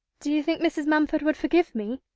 do you think mrs. mumford would forgive me?